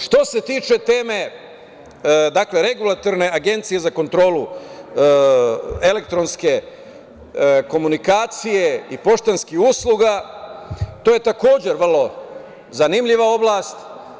Što se tiče teme Regulatorne agencije za kontrolu elektronske komunikacije i poštanskih usluga, to je takođe vrlo zanimljiva oblast.